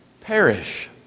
perish